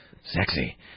Sexy